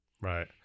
right